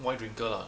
wine drinker ah